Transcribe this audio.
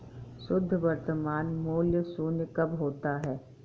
शुद्ध वर्तमान मूल्य शून्य कब होता है?